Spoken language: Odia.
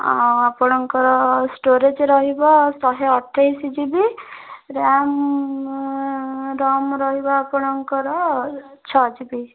ଆପଣଙ୍କର ଷ୍ଟୋରେଜ ରହିବ ଶହେ ଅଠାଇଶି ଜି ବି ରାମ୍ ରାମ୍ ରହିବ ଆପଣଙ୍କର ଛଅ ଜି ବି